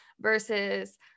Versus